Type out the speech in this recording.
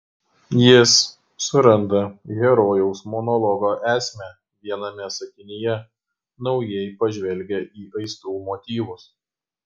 jis suranda herojaus monologo esmę viename sakinyje naujai pažvelgia į aistrų motyvus